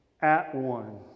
At-one